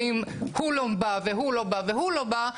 ואם הוא לא בא והוא לא בא והוא לא בא,